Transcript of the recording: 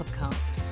Podcast